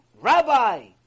rabbi